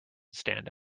stand